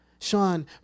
Sean